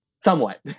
somewhat